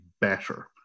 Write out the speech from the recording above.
better